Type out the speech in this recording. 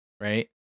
right